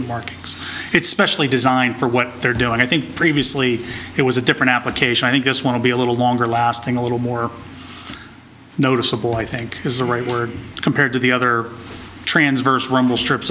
markings it's specially designed for what they're doing i think previously it was a different application i guess want to be a little longer lasting a little more noticeable i think is the right word compared to the other transverse rumble strips